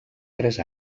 tres